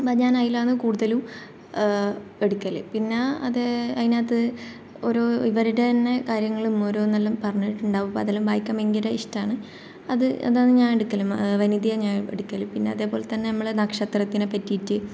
അപ്പം ഞാൻ അയിതിലാണ് കൂടുതലും എടുക്കല് പിന്നെ അത് അതിനകത്ത് ഓരോ ഇവരുടെ തന്നെ കാര്യങ്ങളും ഓരോന്നെല്ലാം പറഞ്ഞിട്ടുണ്ടാകും അപ്പോൾ അതെല്ലാം വായിക്കാൻ ഭയങ്കര ഇഷ്ടമാണ് അത് അതാന്ന് ഞാൻ എടുക്കല് വനിതയാണ് ഞാൻ എടുക്കല് പിന്നെ അതേപോലെതന്നെ നമ്മളെ നക്ഷത്രത്തിനെ പറ്റിയിട്ട്